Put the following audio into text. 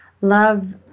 Love